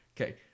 okay